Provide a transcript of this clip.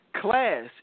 Class